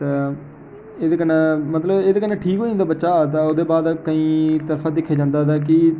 ते एह्दे कन्नै मतलब एह्दे कन्नै ठीक होई जन्दा बच्चा ते ओह्दे बाद केईं तरफा दिक्खे जन्दा ते